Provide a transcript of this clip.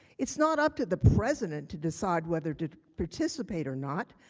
it is not up to the president to decide whether to participate or not.